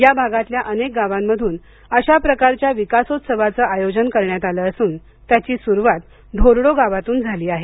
या भागातल्या अनेक गावांमधून अशा प्रकारच्या विकासोत्सवाचं आयोजन करण्यात आलं असून त्याची सुरुवात धोर्डो गावातून झाली आहे